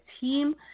team